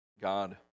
God